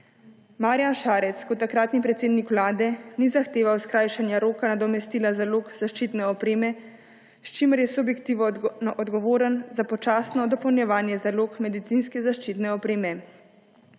Marjan Šarec kot takratni predsednik vlade ni zahteval skrajšanja roka nadomestila zalog zaščitne opreme, s čimer je subjektivno odgovoren za počasno dopolnjevanje zalog medicinske zaščitne opreme.